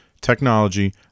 technology